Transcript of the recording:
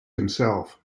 himself